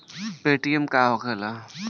Paytm का होखेला?